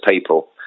people